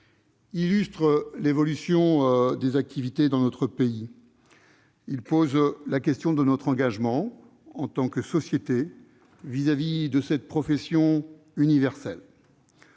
illustre l'évolution des activités dans notre pays. Il pose la question de notre engagement, en tant que société, vis-à-vis de cette profession universelle.